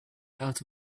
out